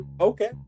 okay